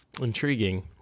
Intriguing